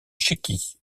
tchéquie